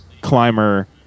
climber